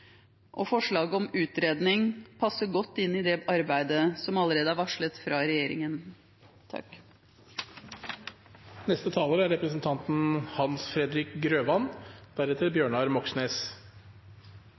og forslaget om utredning passer godt inn i det arbeidet som allerede er varslet fra regjeringen. Private barnehager har vært og er